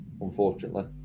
unfortunately